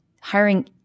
hiring